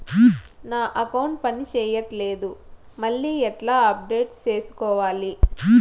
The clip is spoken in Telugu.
నా అకౌంట్ పని చేయట్లేదు మళ్ళీ ఎట్లా అప్డేట్ సేసుకోవాలి?